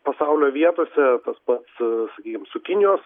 pasaulio vietose tas pats sakykim su kinijos